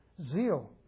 zeal